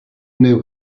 know